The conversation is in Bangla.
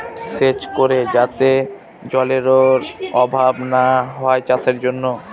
সেচ করে যাতে জলেরর অভাব না হয় চাষের জন্য